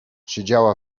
siedziała